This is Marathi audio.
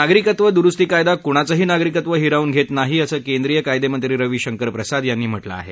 नागरिकत्व दुरुस्ती कायदा कुणाचंही नागरिकत्व हिरावून घेत नाही असं केंद्रीय कायदेमंत्री रवीशंकर प्रसाद यांनी म्हटलं आहे